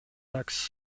lacks